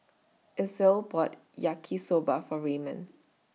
Edsel bought Yaki Soba For Raymond